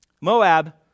Moab